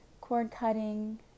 cord-cutting